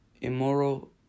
immoral